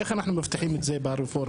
איך אנחנו מבטיחים את זה ברפורמה?